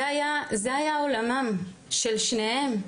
זה היה עולמם של שניהם,